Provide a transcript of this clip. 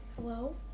Hello